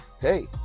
Hey